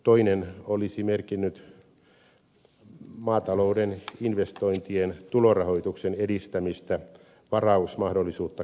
toinen olisi merkinnyt maatalouden investointien tulorahoituksen edistämistä varausmahdollisuutta kasvattamalla